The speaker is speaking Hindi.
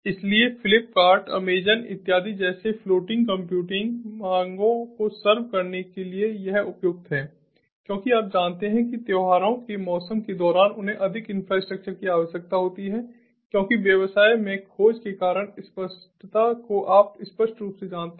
इसलिए फ्लिपकार्ट अमेज़ॅन इत्यादि जैसे फ़्लोटिंग कंप्यूटिंग मांगों को सर्व करने के लिए यह उपयुक्त है क्योंकि आप जानते हैं कि त्योहारों के मौसम के दौरान उन्हें अधिक इंफ्रास्ट्रक्चर की आवश्यकता होती है क्योंकि व्यवसाय में खोज के कारण स्पष्टता को आप स्पष्ट रूप से जानते हैं